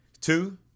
Two